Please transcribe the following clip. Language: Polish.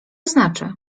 znaczy